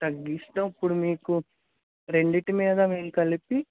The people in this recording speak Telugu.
తగ్గిస్తే ఇప్పుడు మీకు రెండిటి మీద కలిపి